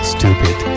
Stupid